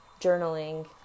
journaling